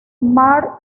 mar